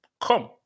come